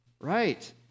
Right